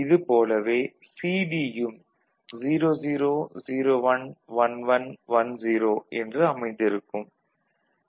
இது போலவே CD யும் 00 01 11 10 என்று அமைந்திருக்கும்